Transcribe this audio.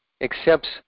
accepts